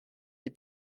des